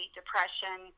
depression